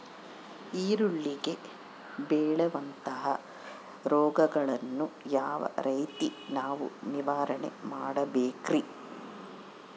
ಈರುಳ್ಳಿಗೆ ಬೇಳುವಂತಹ ರೋಗಗಳನ್ನು ಯಾವ ರೇತಿ ನಾವು ನಿವಾರಣೆ ಮಾಡಬೇಕ್ರಿ?